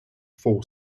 four